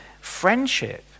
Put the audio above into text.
friendship